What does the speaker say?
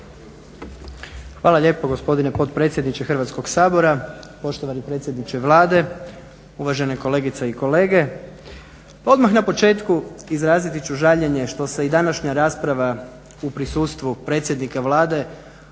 Hvala lijepo gospodine potpredsjedniče Hrvatskog sabora. Poštovani predsjedniče Vlade, uvažene kolegice i kolege. Odmah na početku izraziti ću žaljenje što se i današnja rasprava u prisustvu predsjednika Vlade